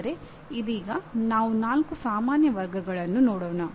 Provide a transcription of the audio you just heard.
ಆದರೆ ಇದೀಗ ನಾವು ನಾಲ್ಕು ಸಾಮಾನ್ಯ ವರ್ಗಗಳನ್ನು ನೋಡೋಣ